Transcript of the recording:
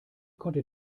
konnte